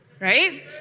right